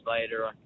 later